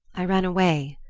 i ran away,